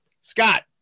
Scott